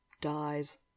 dies